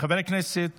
חבר הכנסת